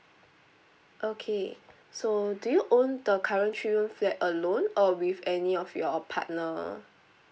okay so do you own the current three room flat alone or with any of your partner